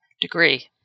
degree